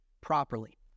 properly